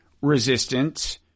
resistance